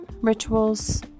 rituals